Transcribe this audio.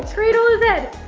cradle his head,